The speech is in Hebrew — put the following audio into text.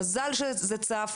מזל שזה צף,